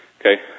Okay